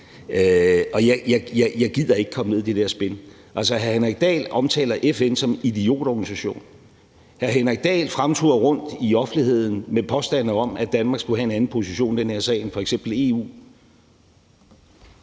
Jeg gider ikke gå ind i det der spin. Altså, hr. Henrik Dahl omtaler FN som en idiotorganisation. Hr. Henrik Dahl fremturer i offentligheden med påstande om, at Danmark skulle have en anden position i den her sag end f.eks. EU.